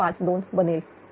052 बनेल